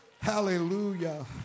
Hallelujah